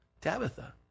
Tabitha